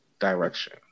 direction